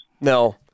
No